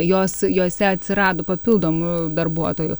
jos jose atsirado papildomų darbuotojų